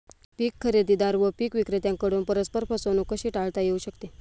पीक खरेदीदार व पीक विक्रेत्यांकडून परस्पर फसवणूक कशी टाळता येऊ शकते?